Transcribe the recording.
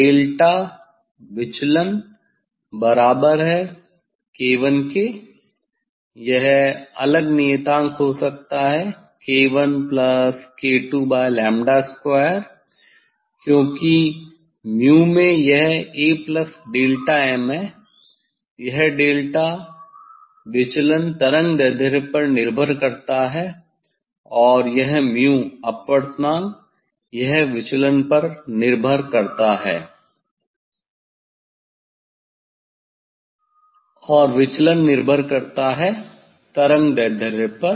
delta 𝝳 विचलन बराबर है K1 के यह अलग नियतांक हो सकता है K1 plus K2 by lambda square क्योंकि म्यू 𝛍 में यह A प्लस डेल्टा 𝝳m है यह डेल्टा 𝝳 विचलन तरंगदैर्ध्य पर निर्भर करता है यह म्यू 𝛍 अपवर्तनांक यह विचलन पर निर्भर करता है और विचलन निर्भर करता है तरंगदैर्ध्य पर